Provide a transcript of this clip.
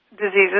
diseases